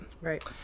Right